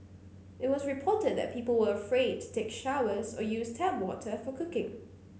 it was reported that people were afraid to take showers or use tap water for cooking